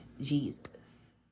Jesus